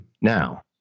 Now